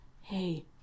hey